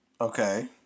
Okay